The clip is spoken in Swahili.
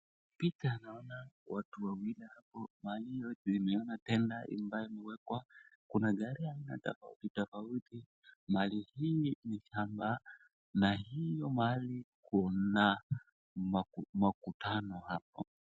Picha naona watu wawili hapo, mahali yote imeona tenda ambayo imewekwa, kuna gari aina tofautitofauti, mahali hii ni shamba, na hiyo mahali kuna makutano hapo.